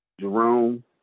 Jerome